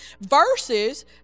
Versus